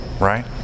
Right